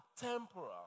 temporal